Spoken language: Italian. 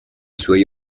suoi